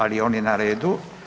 Ali on je na redu.